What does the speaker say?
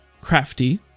crafty